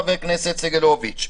חבר הכנסת סגלוביץ',